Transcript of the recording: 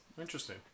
Interesting